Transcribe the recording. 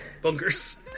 Bunkers